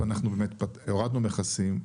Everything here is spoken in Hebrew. הורדנו מכסים,